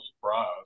surprise